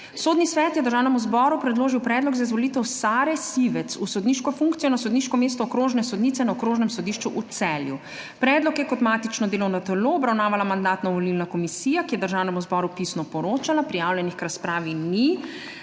Sodni svet je Državnemu zboru predložil predlog za izvolitev Sare Sivec v sodniško funkcijo na sodniško mesto okrožne sodnice na Okrožnem sodišču v Celju. Predlog je kot matično delovno telo obravnavala Mandatno-volilna komisija, ki je Državnemu zboru pisno poročala. Prijavljenih k razpravi ni.